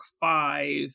Five